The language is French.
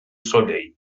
soleil